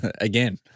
Again